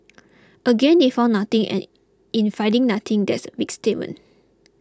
again they found nothing and in finding nothing that's a big statement